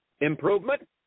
improvement